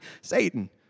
Satan